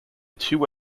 two